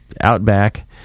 outback